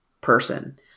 person